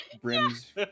brim's